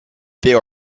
there